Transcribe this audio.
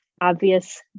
obvious